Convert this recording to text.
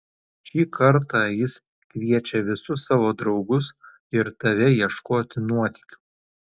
šį kartą jis kviečia visus savo draugus ir tave ieškoti nuotykių